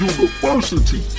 University